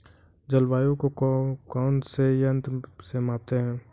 जलवायु को कौन से यंत्र से मापते हैं?